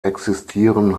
existieren